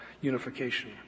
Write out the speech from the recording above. unification